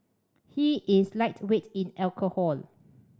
he is lightweight in alcohol